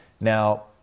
Now